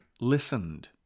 listened